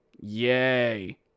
Yay